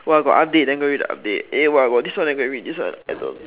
!wah! got update then go read the update eh !wah! got this one go and read this